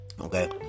okay